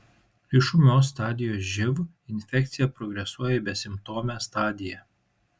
iš ūmios stadijos živ infekcija progresuoja į besimptomę stadiją